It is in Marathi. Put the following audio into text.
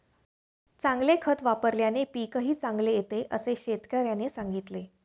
चांगले खत वापल्याने पीकही चांगले येते असे शेतकऱ्याने सांगितले